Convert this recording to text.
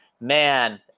Man